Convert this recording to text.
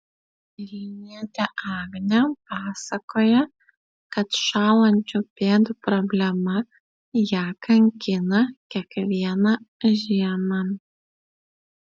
vilnietė agnė pasakoja kad šąlančių pėdų problema ją kankina kiekvieną žiemą